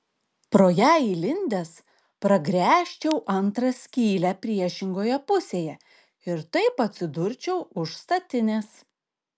pro ją įlindęs pragręžčiau antrą skylę priešingoje pusėje ir taip atsidurčiau už statinės